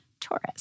Taurus